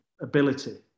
ability